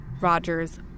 Roger's